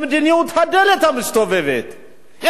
יש כאלה שמביאים אותם מתאילנד,